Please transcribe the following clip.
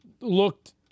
looked